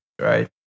right